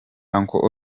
uncle